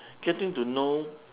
getting to know